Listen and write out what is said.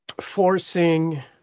forcing